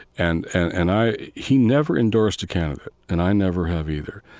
and and and i he never endorsed a candidate and i never have either.